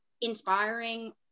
inspiring